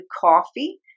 coffee